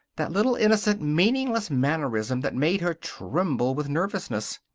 that little, innocent, meaningless mannerism that made her tremble with nervousness.